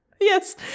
yes